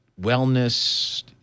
wellness